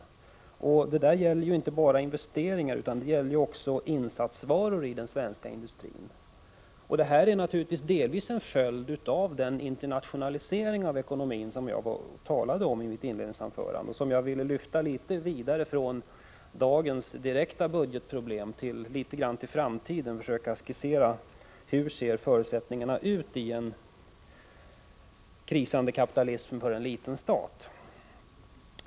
Det gäller inte bara investeringar utan det gäller också insatsvaror i den svenska industrin. Detta är naturligtvis delvis en följd av den internationalisering av ekonomin som jag talade om i mitt inledningsanförande. Jag vill lyfta frågan vidare från dagens direkta budgetproblem och något in i framtiden och försöka skissera hur förutsättningarna ser ut i en krisande kapitalism för en liten stat.